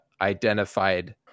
identified